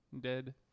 dead